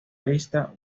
vista